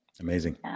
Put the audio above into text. Amazing